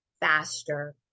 faster